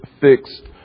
fixed